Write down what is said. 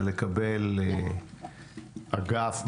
ולקבל אגף,